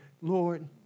Lord